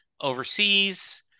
overseas